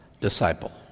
disciple